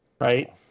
right